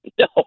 No